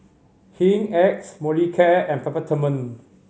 Hygin X Molicare and Peptamen